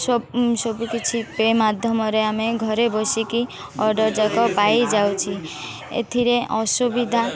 ସବୁକିଛି ପେ ମାଧ୍ୟମରେ ଆମେ ଘରେ ବସିକି ଅର୍ଡ଼ର୍ ଯାକ ପାଇଯାଉଛେ ଏଥିରେ ଅସୁବିଧା